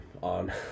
on